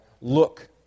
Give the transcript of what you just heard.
look